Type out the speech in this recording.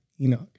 Enoch